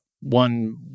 one